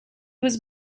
was